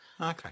Okay